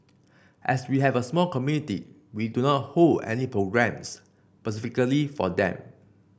as we have a small community we do not hold any programmes for them